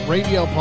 Radio